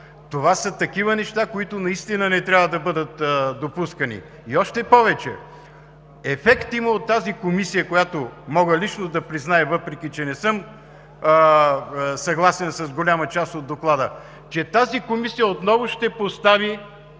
Това са такива неща, които наистина не трябва да бъдат допускани. И още повече, има ефект от тази комисия, което мога лично да призная, въпреки че не съм съгласен с голяма част от Доклада – че тази комисия отново ще постави